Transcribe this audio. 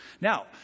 Now